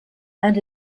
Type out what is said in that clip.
and